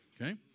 okay